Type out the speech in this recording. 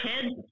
Kids